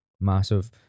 massive